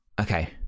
okay